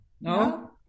no